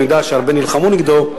שאני יודע שהרבה נלחמו נגדו,